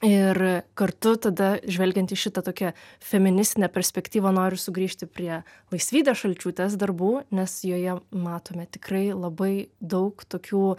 ir kartu tada žvelgiant į šitą tokią feministinę perspektyvą noriu sugrįžti prie laisvydės šalčiūtės darbų nes joje matome tikrai labai daug tokių